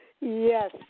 Yes